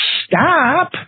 stop